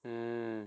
mm